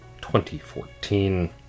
2014